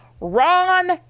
Ron